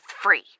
free